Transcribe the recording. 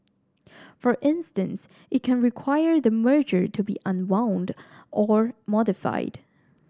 for instance it can require the merger to be unwound or modified